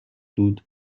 دود